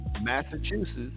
Massachusetts